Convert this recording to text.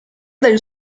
del